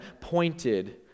pointed